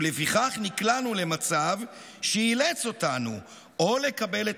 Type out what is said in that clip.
ולפיכך נקלענו למצב שאילץ אותנו או לקבל את